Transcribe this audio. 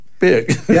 big